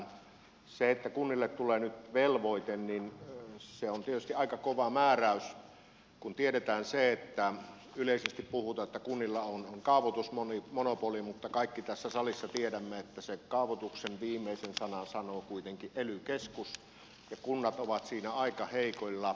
se että kunnille tulee nyt velvoite on tietysti aika kova määräys kun tiedetään se että yleisesti puhutaan että kunnilla on kaavoitusmonopoli mutta kaikki tässä salissa tiedämme että sen kaavoituksen viimeisen sanan sanoo kuitenkin ely keskus ja kunnat ovat siinä heikoilla